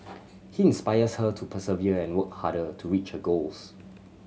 he inspires her to persevere and work harder to reach her goals